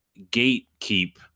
gatekeep